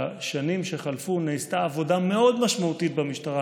בשנים שחלפו נעשתה עבודה מאוד משמעותית במשטרה